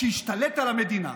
שהשתלט על המדינה,